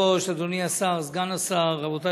ותועבר להכנה לקריאה ראשונה בוועדת העבודה, הרווחה